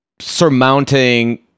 surmounting